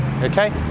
okay